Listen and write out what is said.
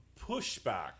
pushback